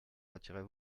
retirez